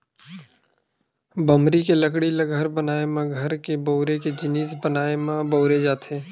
बमरी के लकड़ी ल घर बनाए म, घर के बउरे के जिनिस बनाए म बउरे जाथे